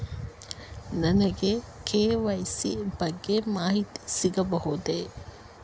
ನನಗೆ ಕೆ.ವೈ.ಸಿ ಬಗ್ಗೆ ಮಾಹಿತಿ ಸಿಗಬಹುದೇ?